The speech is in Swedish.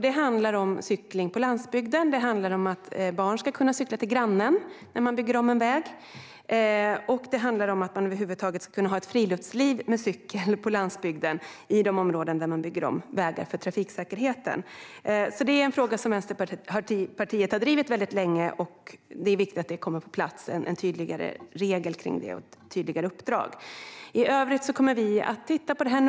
Det handlar om cykling på landsbygden. När en väg byggs om ska man tänka på att barn ska kunna cykla till grannen. Det handlar också om att det över huvud taget ska vara möjligt med friluftsliv med cykel på landsbygden i områden där man bygger om vägar med tanke på trafiksäkerheten. Det är en fråga som Vänsterpartiet har drivit länge. Det är viktigt att en tydligare regel och ett tydligare uppdrag om det kommer på plats. Vi kommer att titta noga på det här.